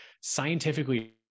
scientifically